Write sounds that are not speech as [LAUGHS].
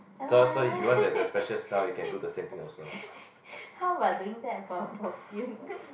[NOISE] [LAUGHS] how about doing that for a perfume